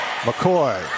McCoy